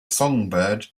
songbird